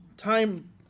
time